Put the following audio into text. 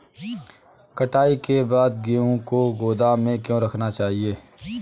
कटाई के बाद गेहूँ को गोदाम में क्यो रखना चाहिए?